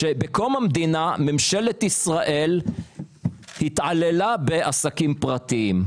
שבקום המדינה ממשלת ישראל התעללה בעסקים פרטיים,